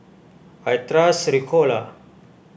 I trust Ricola